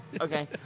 Okay